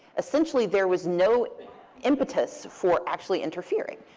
essentially there was no impetus for actually interfering.